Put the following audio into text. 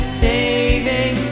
saving